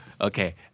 okay